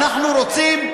אנחנו רוצים,